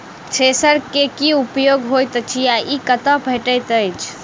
Thresher केँ की उपयोग होइत अछि आ ई कतह भेटइत अछि?